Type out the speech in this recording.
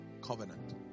covenant